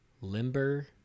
limber